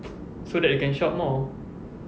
so that you can shop more